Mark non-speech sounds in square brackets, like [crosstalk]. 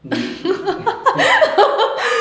[laughs]